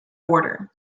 border